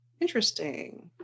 Interesting